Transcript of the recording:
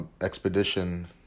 expedition